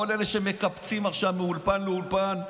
כל אלה מקפצים עכשיו מאולפן לאולפן ואומרים: